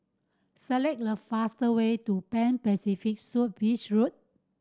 select the fastest way to Pan Pacific Suite Beach Road